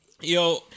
Yo